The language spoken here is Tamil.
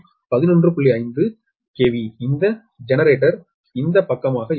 5 KV இந்த ஜெனரேட்டர் இந்த பக்கமாக இருக்கும்